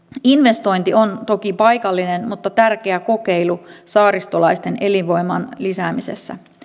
investointi on toki paikallinen mutta tärkeä kokeilu saaristolaisten elinvoiman lisäämisessä